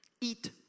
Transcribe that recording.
eat